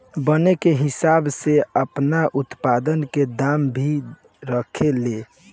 बने के हिसाब से आपन उत्पाद के दाम भी रखे ले